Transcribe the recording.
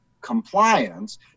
compliance